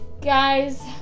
Guys